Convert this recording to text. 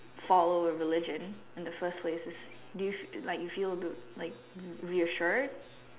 follow a religion in the first place is do you still like do you still like feel a bit reassured